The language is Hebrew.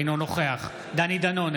אינו נוכח דני דנון,